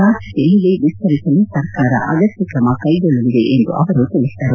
ರಾಜ್ಯದಲ್ಲೆಡೆ ವಿಸ್ತರಿಸಲು ಸರ್ಕಾರ ಅಗತ್ಯ ತ್ರಮ ಕೈಗೊಳ್ಳಲಿದೆ ಎಂದು ಅವರು ತಿಳಿಸಿದರು